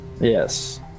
Yes